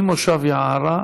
ממושב יערה,